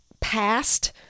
past